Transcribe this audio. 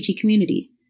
community